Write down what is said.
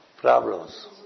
problems